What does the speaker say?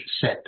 set